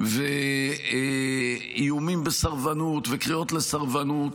ואיומים בסרבנות וקריאות לסרבנות